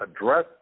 address